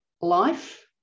life